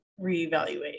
reevaluate